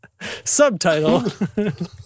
Subtitle